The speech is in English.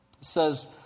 says